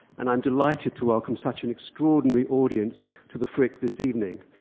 and i'm delighted to welcome such an extraordinary audience to the frick this evening.